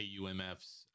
AUMFs